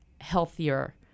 healthier